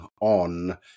on